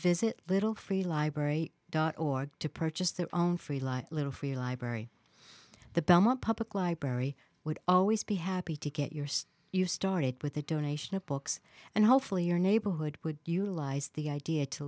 visit little free library dot org to purchase their own free life a little free library the belmont public library would always be happy to get your stuff you started with a donation of books and hopefully your neighborhood would you lies the idea to